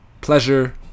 pleasure